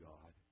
God